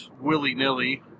willy-nilly